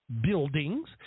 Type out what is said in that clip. buildings